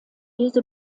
diese